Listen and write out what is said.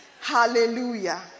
Hallelujah